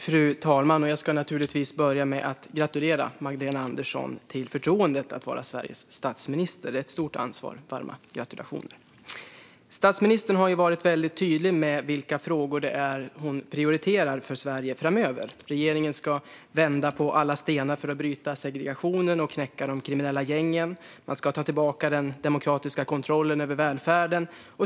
Fru talman! Jag ska naturligtvis börja med att gratulera Magdalena Andersson till förtroendet att vara Sveriges statsminister. Det är ett stort ansvar. Varma gratulationer! Statsministern har varit väldigt tydlig med vilka frågor det är hon prioriterar för Sverige framöver: Regeringen ska vända på alla stenar för att bryta segregationen och knäcka de kriminella gängen. Man ska ta tillbaka den demokratiska kontrollen över välfärden.